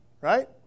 right